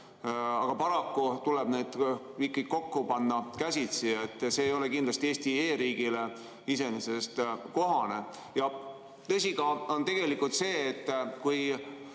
aga paraku tuleb need kokku panna käsitsi. See ei ole kindlasti Eestile kui e-riigile iseenesest kohane. Ja tõsi on tegelikult ka see, et kui